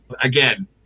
again